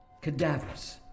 Cadavers